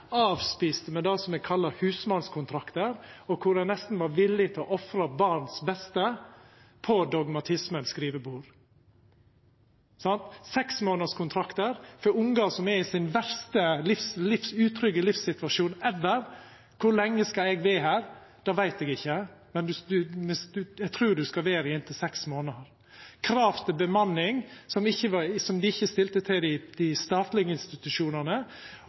med det ein kallar husmannskontraktar, kor ein nesten var villig til å ofra barns beste på dogmatismens skrivebord. Seksmånaderskontraktar for ungar som er i sin verste og mest utrygge livssituasjon «ever»: Kor lenge skal eg vera her? Det veit eg ikkje, men eg trur du skal vera her i inntil seks månader. Krav til bemanning som dei ikkje stilte til dei statlege institusjonane,